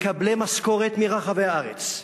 מקבלי משכורת, מרחבי הארץ,